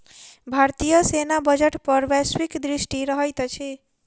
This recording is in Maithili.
भारतीय सेना बजट पर वैश्विक दृष्टि रहैत अछि